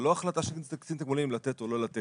זה לא החלטה של קצין תגמולים אם לתת או לא לתת.